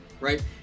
right